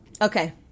okay